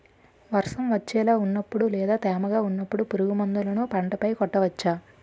వర్షం వచ్చేలా వున్నపుడు లేదా తేమగా వున్నపుడు పురుగు మందులను పంట పై కొట్టవచ్చ?